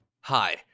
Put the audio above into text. Hi